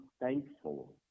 thankful